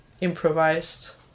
improvised